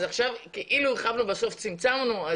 אז עכשיו כאילו הרחבנו ובסוף צמצמנו.